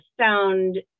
sound